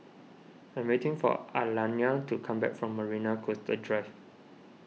I'm waiting for Alayna to come back from Marina Coastal Drive